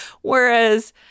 whereas